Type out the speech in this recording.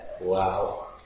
Wow